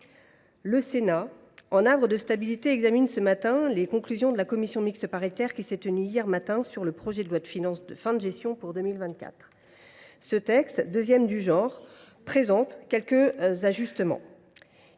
Le Sénat – un havre de stabilité – examine les conclusions de la commission mixte paritaire qui s’est tenue, hier matin, sur le projet de loi de finances de fin de gestion pour 2024. Ce texte, le deuxième du genre, prévoit quelques ajustements.